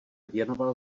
věnoval